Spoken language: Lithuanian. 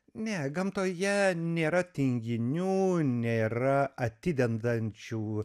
ne gamtoje nėra tinginių nėra atidedančių